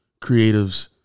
creatives